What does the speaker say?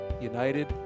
united